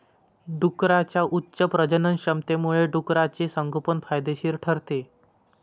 डुकरांच्या उच्च प्रजननक्षमतेमुळे डुकराचे संगोपन फायदेशीर ठरते